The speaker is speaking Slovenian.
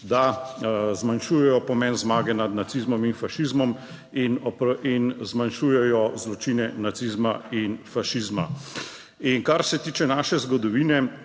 da zmanjšujejo pomen zmage nad nacizmom in fašizmom. In zmanjšujejo zločine nacizma in fašizma. In kar se tiče naše zgodovine,